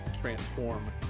transform